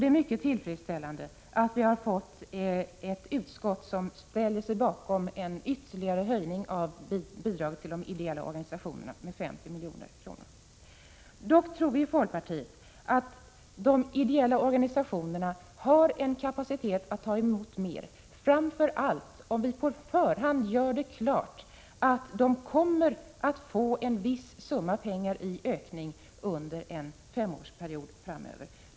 Det är mycket tillfredsställande att utskottet nu ställer sig bakom en ytterligare höjning av bidraget till de ideella organisationerna med 50 milj.kr. Folkpartiet tror dock att de ideella organisationerna har kapacitet att ta emot mer, framför allt om det på förhand kan klargöras att de kommer att få en viss summa pengar i ökning under en femårsperiod framöver.